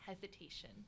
hesitation